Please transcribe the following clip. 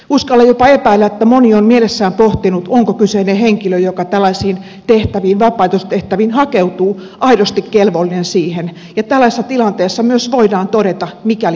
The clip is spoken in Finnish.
uskallan jopa epäillä että moni on mielessään pohtinut onko kyseinen henkilö joka tällaisiin vapaaehtoistehtäviin hakeutuu aidosti kelvollinen niihin ja tällaisessa tilanteessa myös voidaan todeta mikäli näin ei ole